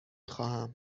خواهم